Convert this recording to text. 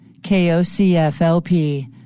KOCFLP